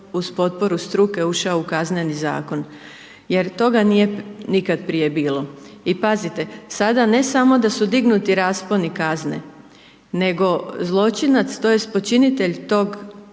uz potporu struke ušao u Kazneni zakon jer toga nije nikad prije bilo. I pazite sada ne samo da su dignuti rasponi kazne, nego zločinac tj. počinitelj tog